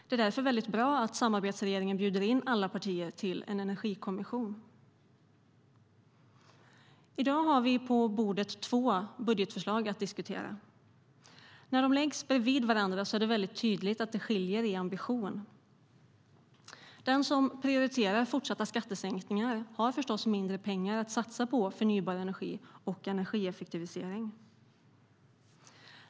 Det är därför väldigt bra att samarbetsregeringen bjuder in alla partier till en energikommission.I dag har vi på bordet två budgetförslag att diskutera. När de läggs bredvid varandra är det väldigt tydligt att det skiljer i ambition. Den som prioriterar fortsatta skattesänkningar har förstås mindre pengar för att satsa på förnybar energi och energieffektivisering.